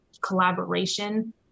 collaboration